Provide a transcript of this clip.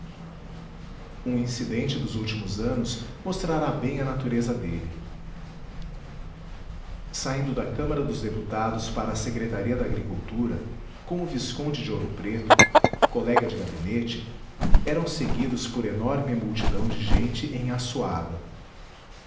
um incidente dos últimos anos mostrará bem a natureza dele saindo da câmara dos deputados para a secretaria da agricultura com o visconde de ouro preto colega de gabinete eram seguidos por enorme multidão de gente em assuada